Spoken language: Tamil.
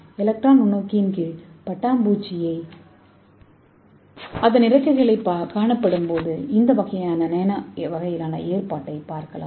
எலக்ட்ரான் நுண்ணோக்கின் கீழ் பட்டாம்பூச்சி இறக்கைகள் காணப்படும்போது இந்த வகையான நானோ அளவிலான ஏற்பாட்டைப் பெறுவீர்கள்